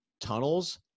Tunnels